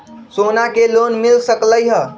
सोना से लोन मिल सकलई ह?